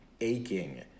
aching